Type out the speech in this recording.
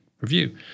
review